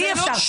ושלי שאי אפשר.